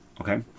okay